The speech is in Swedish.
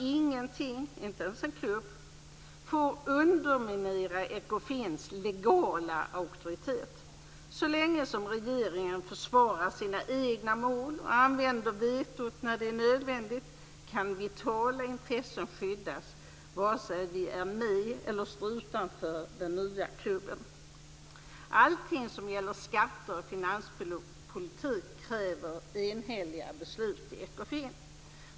Ingenting, inte ens en klubb, får underminera Ekofins legala auktoritet. Så länge regeringen försvarar sina egna mål och använder vetot när det är nödvändigt kan vitala intressen skyddas, vare sig vi är med i eller står utanför den nya klubben. Allting som gäller skatter och finanspolitik kräver enhälliga beslut i Ekofin.